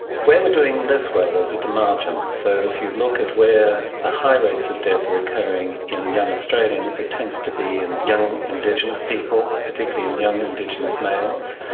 where we're doing less well is at the margins, so if you look at where the ah high rates of deaths are occurring in young australians it tends to be in young indigenous people, particularly in young indigenous males,